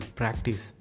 practice